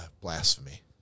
blasphemy